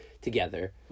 together